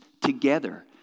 together